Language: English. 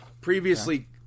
previously